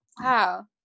Wow